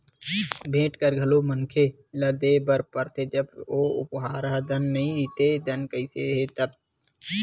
भेंट कर घलो मनखे ल देय बर परथे जब ओ उपहार ह धन नइते धन कस हे तब